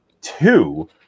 two